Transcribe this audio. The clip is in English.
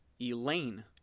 Elaine